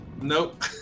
Nope